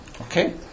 Okay